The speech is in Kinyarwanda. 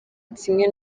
kimwe